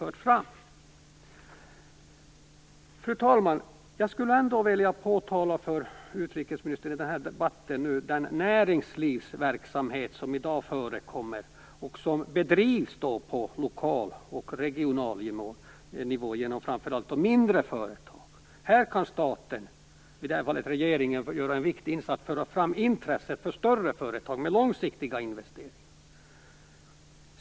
Fru talman! Jag skulle ändå vilja ta upp med utrikesministern den näringslivsverksamhet som i dag förekommer och som bedrivs på lokal och regional nivå genom framför allt mindre företag. Här kan staten - dvs. regeringen - göra en viktig insats för att föra fram intresset för större företag och långsiktiga investeringar.